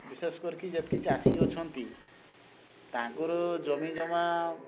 ବିଶେଷ କରିକି ଯେତିକି ଚାଷୀ ଅଛନ୍ତି ତାଙ୍କର ଜମିଜମା